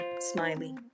smiley